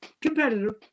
Competitive